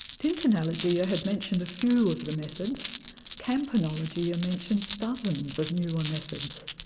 tintinnalogia had mentioned a few of the methods campanologia mentions dozens of newer methods.